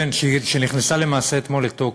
שנכנסה למעשה אתמול לתוקף.